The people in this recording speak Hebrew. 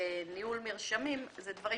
וניהול מרשמים, אלה דברים